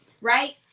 right